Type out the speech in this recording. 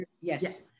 yes